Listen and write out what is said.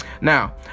now